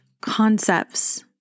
concepts